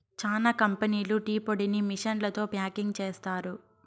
చానా కంపెనీలు టీ పొడిని మిషన్లతో ప్యాకింగ్ చేస్తారు